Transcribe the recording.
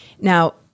Now